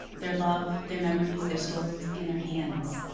their love, their memories, their stories, and their hands.